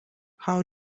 how